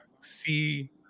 see